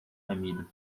família